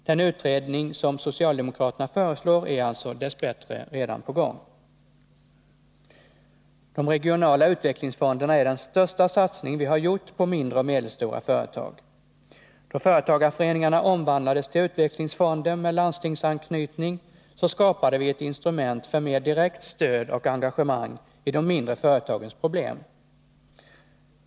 Den utredning som socialdemokraterna föreslår är alltså dess bättre redan på gång. De regionala utvecklingsfonderna är den största satsning vi har gjort på mindre och medelstora företag. Då företagarföreningarna omvandlades till utvecklingsfonder med landstingsanknytning skapades ett instrument för mer direkt stöd och engagemang i de mindre företagens problem.